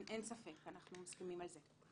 אין ספק, אנחנו מסכימים על זה.